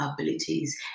abilities